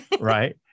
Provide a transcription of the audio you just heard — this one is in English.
right